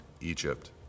Egypt